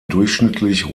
durchschnittlich